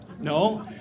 No